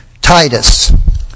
Titus